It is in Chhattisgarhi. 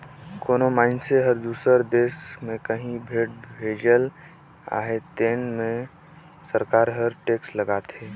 कोनो मइनसे हर दूसर देस में काहीं भेंट भेजत अहे तेन में सरकार हर टेक्स लगाथे